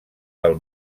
del